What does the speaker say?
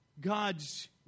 God's